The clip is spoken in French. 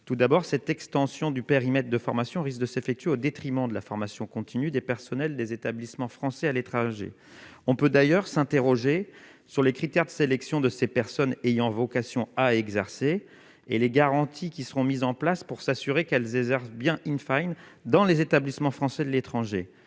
tout d'abord cette extension du périmètre de formation risque de s'effectuer au détriment de la formation continue des personnels des établissements français à l'étranger, on peut d'ailleurs s'interroger sur les critères de sélection de ces personnes ayant vocation à exercer et les garanties qui seront mises en place pour s'assurer qu'elles exercent bien in fine dans les établissements français de l'étranger,